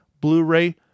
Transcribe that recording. blu-ray